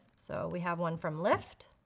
so we have one from lyft.